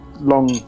long